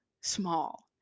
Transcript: small